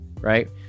right